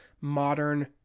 modern